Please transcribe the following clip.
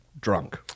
drunk